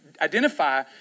identify